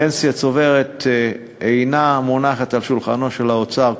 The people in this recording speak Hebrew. פנסיה צוברת אינה מונחת על שולחנו של האוצר.